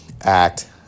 Act